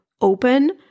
open